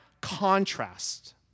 contrast